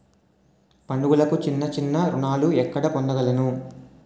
పండుగలకు చిన్న చిన్న రుణాలు ఎక్కడ పొందగలను?